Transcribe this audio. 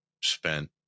spent